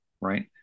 right